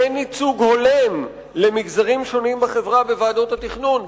אין ייצוג הולם למגזרים שונים בחברה בוועדות התכנון.